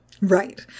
Right